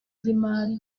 z’imari